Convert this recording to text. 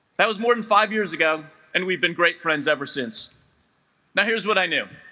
that was more than five years ago and we've been great friends ever since now here's what i knew